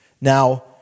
Now